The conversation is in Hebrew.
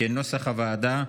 כנוסח הוועדה.